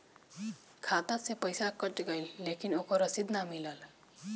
खाता से पइसा कट गेलऽ लेकिन ओकर रशिद न मिलल?